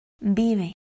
vive